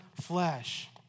flesh